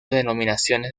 denominaciones